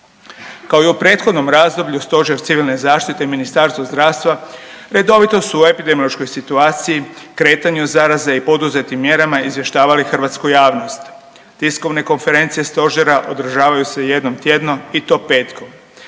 Kao i u prethodnom razdoblju Stožer civilne zaštite i Ministarstvo zdravstva redovito su o epidemiološkoj situaciji, kretanju zaraze i poduzetim mjerama izvještavali hrvatsku javnost. Tiskovne konferencije stožera održavaju se jednom tjedno i to petkom.